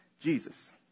Jesus